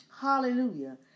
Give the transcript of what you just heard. Hallelujah